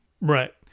Right